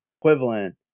equivalent